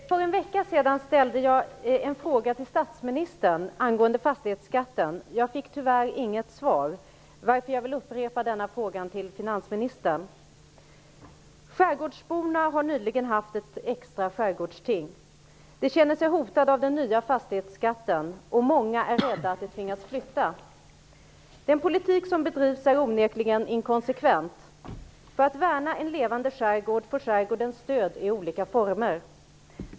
Herr talman! För en vecka sedan ställde jag en fråga till statsministern angående fastighetsskatten. Jag fick tyvärr inget svar. Därför vill jag upprepa frågan till finansministern. Skärgårdsborna har nyligen haft ett extra skärgårdsting. De känner sig hotade av den nya fastighetsskatten. Många är rädda för att de skall tvingas flytta. Den politik som bedrivs är onekligen inkonsekvent. För att värna en levande skärgård får skärgården stöd i olika former.